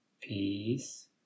Peace